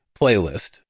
playlist